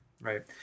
right